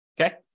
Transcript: Okay